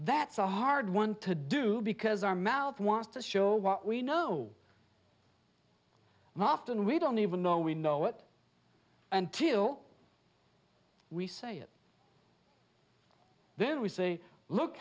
that's a hard one to do because our mouth wants to show what we know after and we don't even know we know it until we say it then we say look